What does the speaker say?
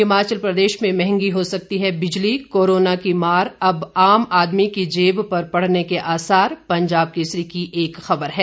हिमाचल प्रदेश में महंगी हो सकती है बिजली कोराना की मार अब आम आदमी की जेब पर पड़ने के आसार पंजाब केसरी की एक खबर है